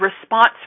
response